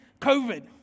COVID